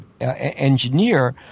engineer